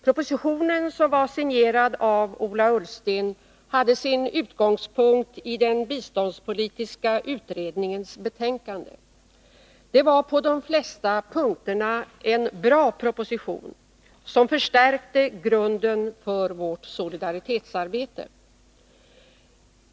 Propositionen, som var signerad av Ola Ullsten, hade sin utgångspunkt i den biståndspolitiska utredningens betänkande. Det var på de flesta punkterna en bra proposition, som förstärkte grunden för vårt solidaritetsarbete.